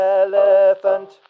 elephant